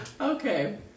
Okay